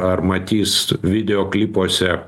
ar matys videoklipuose